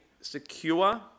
secure